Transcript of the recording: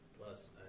Plus